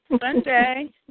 Sunday